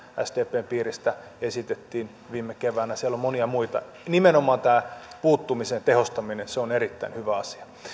sdpn piiristä esitettiin viime keväänä ja siellä on monia muita nimenomaan tämä puuttumisen tehostaminen on erittäin hyvä asia